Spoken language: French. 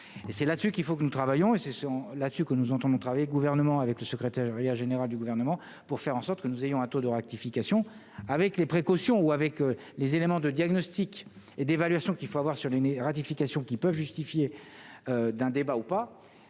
c'est là-dessus qu'il faut que nous travaillons et ce sont là-dessus que nous entendons travailler gouvernement avec le secrétaire général du gouvernement pour faire en sorte que nous ayons un taux de rectification, avec les précautions ou avec les éléments de diagnostic et d'évaluation qu'il faut avoir sur une ratification qui peuvent justifier d'un débat ou pas